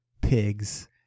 Pigs